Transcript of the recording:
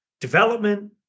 development